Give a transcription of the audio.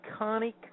iconic